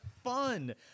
fun